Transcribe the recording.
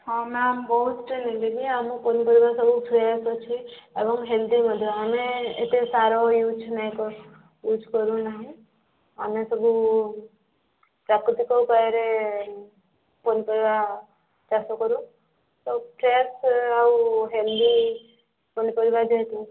ହଁ ମ୍ୟାମ୍ ବହୁତ କିଣିଲେ ବି ଆମ ପନିପରିବା ସବୁ ଫ୍ରେସ୍ ଅଛି ଏବଂ ହେଲଦି ମଧ୍ୟ ଆମେ ଏତେ ସାର ଇଉଜ୍ ନାଇଁ କରୁଁ ଇଉଜ୍ କରୁ ନାହିଁ ଆମେ ସବୁ ପାକୃତିକ ଉପାୟରେ ପନିପରିବା ଚାଷ କରୁ ଆଉ ଫ୍ରେସ୍ ଆଉ ହେଲଦି ପନିପରିବା ଯେହେତୁ